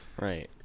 Right